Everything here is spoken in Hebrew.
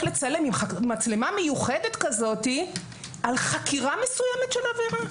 לצלם עם מצלמה מיוחדת כזאת על חקירה מסוימת של עבירה.